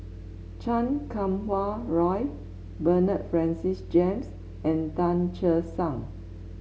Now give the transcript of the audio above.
Chan Kum Wah Roy Bernard Francis James and Tan Che Sang